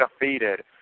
defeated